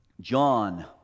John